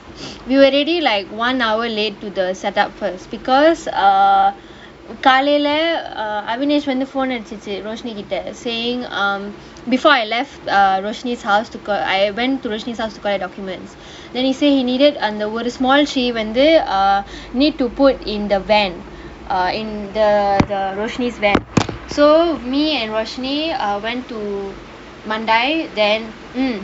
we already like one hour late to the set up first because err காலையில:kaalaiyila err avinesh வந்து:vanthu phone அடிச்சிச்சு:adichichu roshini கிட்ட:kitta saying err before I left err roshi's house I went towards buy documents then he say he needed err அந்த ஒரு:antha oru small she வந்து:vanthu need to put in the van err in the the roshi's van so me and roshni went to mandai then um